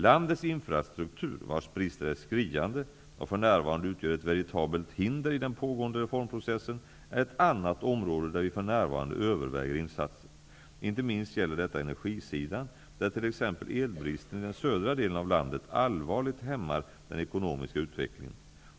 Landets infrastruktur, vars brister är skriande och för närvarande utgör ett veritabelt hinder i den pågående reformprocessen, är ett annat område där vi för närvarande överväger insatser. Inte minst gäller detta energisidan, där t.ex. elbristen i den södra delen av landet allvarligt hämmar den ekonomiska utvecklingen.